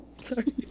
Sorry